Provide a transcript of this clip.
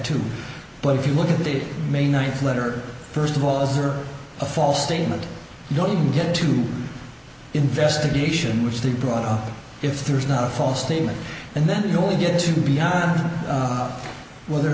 too but if you look at it it may ninth letter first of all is there a false statement you don't even get to investigation which they brought up if there is not a false statement and then you only get to be on whether or